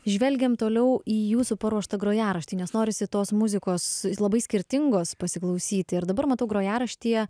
žvelgiam toliau į jūsų paruoštą grojaraštį nes norisi tos muzikos labai skirtingos pasiklausyti ir dabar matau grojaraštyje